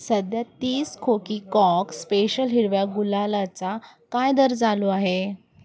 सध्या तीस खोकी कॉक स्पेशल हिरव्या गुलालाचा काय दर चालू आहे